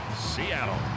Seattle